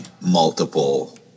multiple